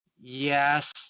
Yes